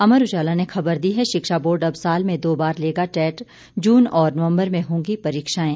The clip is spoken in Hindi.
अमर उजाला ने खबर दी है शिक्षा बोर्ड अब साल में दो बार लेगा टेट जून और नवंबर में होगी परीक्षाएं